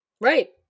right